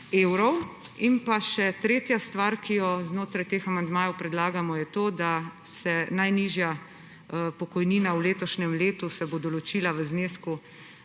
In še tretja stvar, ki jo znotraj teh amandmajev predlagamo, je to, da se bo najnižja pokojnina v letošnjem letu določila v znesku